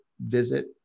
visit